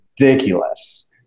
ridiculous